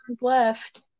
left